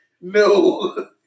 No